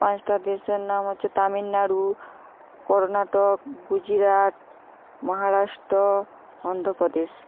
পাঁচটা দেশের নাম হচ্চে তামিলনাডু কর্ণাটক গুজরাট মহারাষ্ট্র অন্ধ্রপ্রদেশ